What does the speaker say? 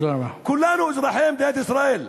כולנו אזרחי מדינת ישראל.